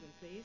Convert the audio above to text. please